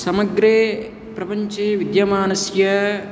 समग्रे प्रपञ्चे विद्यमानस्य